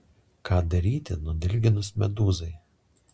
ką daryti nudilginus medūzai